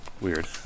Weird